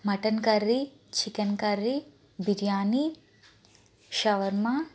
mutton curry chicken curry biryani shawarma